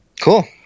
cool